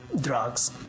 drugs